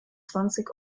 zwanzig